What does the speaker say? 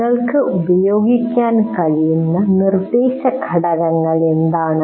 നിങ്ങൾക്ക് ഉപയോഗിക്കാൻ കഴിയുന്ന നിർദ്ദേശഘടകങ്ങൾ ഏതാണ്